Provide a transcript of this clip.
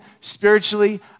spiritually